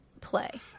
play